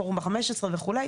פורום ה-15 וכו'.